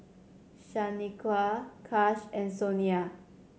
Shanequa Kash and Sonya